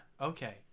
Okay